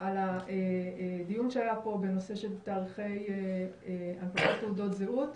על הדיון שהיה פה בנושא של תאריכי הנפקת תעודות זהות.